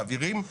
מעבירים לרשות.